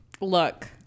Look